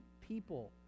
people